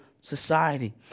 society